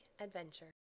adventure